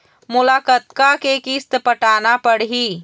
मोला कतका के किस्त पटाना पड़ही?